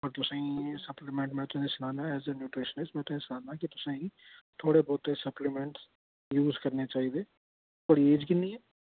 में तुसेंई सप्लीमेंट में तुसेंईं सनानां ऐज ए न्यूट्रिशनिस्ट में तुसेंई सनानां कि तुसें ई थोह्ड़े बौह्ते सप्लीमेंटस यूज करने चाहिदे थुआढ़ी एज किन्नी ऐ